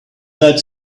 that